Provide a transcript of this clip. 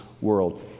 world